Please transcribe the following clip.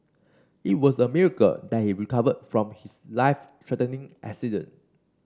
it was a miracle that he recovered from his life threatening accident